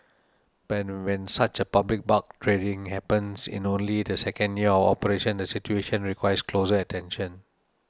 but when such public barb trading happens in only the second year of operations the situation requires closer attention